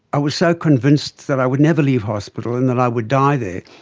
i was so convinced that i would never leave hospital and that i would die there,